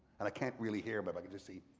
and i can't really hear but i can just see.